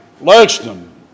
Lexington